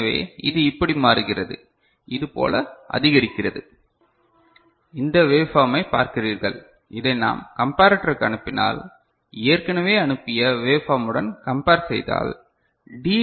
எனவே இது இப்படி மாறுகிறது இது போல அதிகரிக்கிறது இந்த வேவ் பார்மை பார்க்கிறீர்கள் இதை நாம் கம்பரட்டருக்கு அனுப்பினால் ஏற்கனவே அனுப்பிய வேவ் பார்முடன் கம்பேர் செய்தால் டி